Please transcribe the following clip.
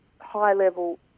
high-level